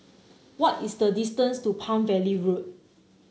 what is the distance to Palm Valley Road